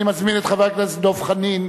אני מזמין את חבר הכנסת דב חנין,